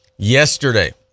Yesterday